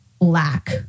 lack